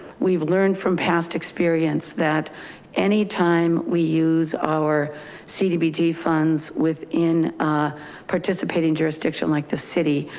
we've learned from past experience that any time we use our cdbg funds within a participating jurisdiction like the city,